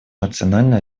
национальная